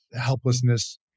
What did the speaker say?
helplessness